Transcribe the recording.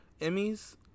Emmys